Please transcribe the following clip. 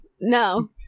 no